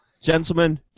Gentlemen